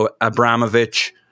Abramovich